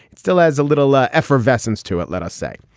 it still has a little effervescence to it let us say.